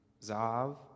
Zav